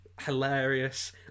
Hilarious